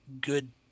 good